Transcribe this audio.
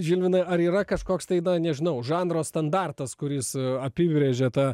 žilvinai ar yra kažkoks tai dar nežinau žanro standartas kuris apibrėžė tą